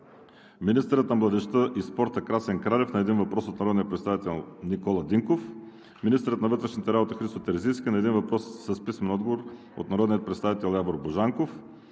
министърът на младежта и спорта Красен Кралев – на един въпрос от народния представител Никола Динков; - министърът на вътрешните работи Христо Терзийски – на един въпрос с писмен отговор от народния представител Явор Божанков;